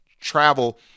travel –